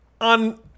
on